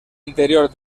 interior